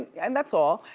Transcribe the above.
and that's all.